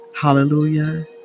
hallelujah